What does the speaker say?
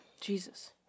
Jesus